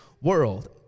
world